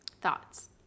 Thoughts